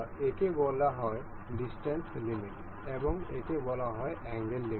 একে বলা হয় ডিসট্যান্স লিমিট এবং একে বলা হয় অ্যাঙ্গেল লিমিট